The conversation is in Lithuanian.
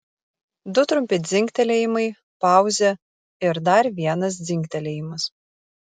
du trumpi dzingtelėjimai pauzė ir dar vienas dzingtelėjimas